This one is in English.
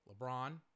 LeBron